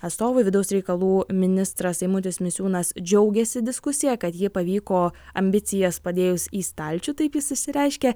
atstovai vidaus reikalų ministras eimutis misiūnas džiaugėsi diskusija kad ji pavyko ambicijas padėjus į stalčių taip jis išsireiškė